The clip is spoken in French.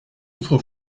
autre